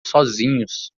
sozinhos